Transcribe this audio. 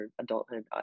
adulthood